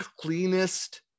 cleanest